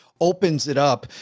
opens it up.